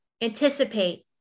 anticipate